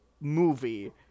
movie